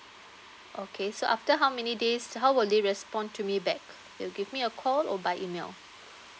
okay so after how many days how will they respond to me back you'll give me a call or by email